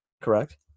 correct